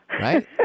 Right